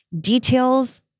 Details